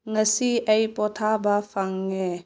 ꯉꯁꯤ ꯑꯩ ꯄꯣꯊꯥꯕ ꯐꯪꯉꯦ